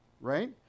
right